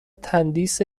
تندیس